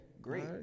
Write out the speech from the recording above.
Great